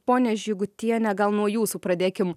pone žygutiene gal nuo jūsų pradėkim